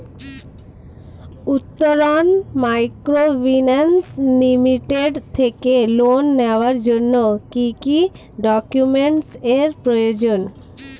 Uttaran microfinance limited থেকে loan নেওয়ার জন্য কি কি ডকুমেন্টস এর প্রয়োজন?